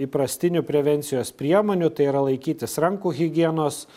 įprastinių prevencijos priemonių tai yra laikytis rankų higienos